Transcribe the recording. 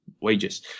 wages